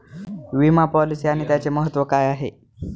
विमा पॉलिसी आणि त्याचे महत्व काय आहे?